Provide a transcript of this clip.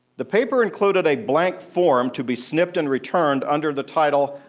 the paper included a blank form to be snipped and returned under the title,